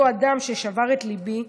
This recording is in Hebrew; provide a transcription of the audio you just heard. אותו אדם ששבר את ליבי,